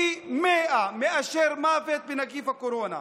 פי מאה מאשר ממוות מנגיף הקורונה.